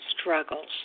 struggles